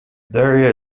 there